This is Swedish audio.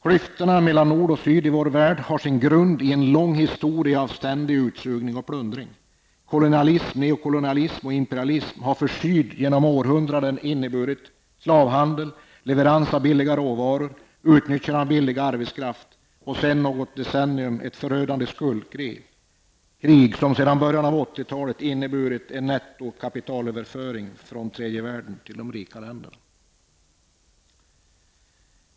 Klyftorna mellan nord och syd i vår värld har sin grund i en lång historia av ständig utsugning och plundring. Kolonialism, neo-kolonialism och imperialism har för syd genom århundrandena inneburit slavhandel, leverans av billiga råvaror, utnyttjande av billig arbetskraft och sedan något decennium tillbaka ett förödande skuldkrig, som sedan början av 80-talet inneburit en nettokapitalöverföring från tredje världen till de rika länderna.